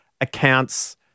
accounts